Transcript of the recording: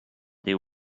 they